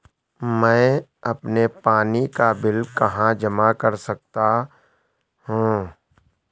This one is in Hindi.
मैं अपने पानी का बिल कहाँ जमा कर सकता हूँ?